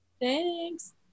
Thanks